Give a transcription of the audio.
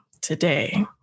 today